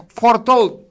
foretold